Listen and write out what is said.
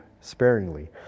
sparingly